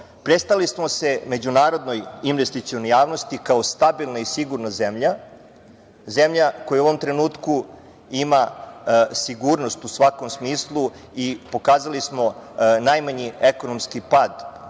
Prestavili smo se međunarodnoj investicionoj javnosti kao stabilna i sigurna zemlja, zemlja koja u ovom trenutku ima sigurnost u svakom smislu i pokazali smo najmanji ekonomski pad